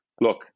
Look